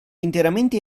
interamente